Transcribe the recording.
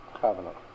covenant